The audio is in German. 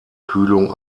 kühlung